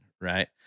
right